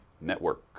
Network